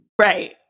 Right